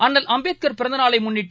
அண்ணல் அம்பேத்கர் பிறந்தநாளைமுன்னிட்டு